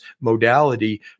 modality